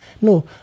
No